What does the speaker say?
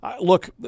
Look